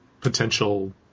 potential